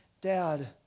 Dad